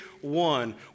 one